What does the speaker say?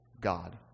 God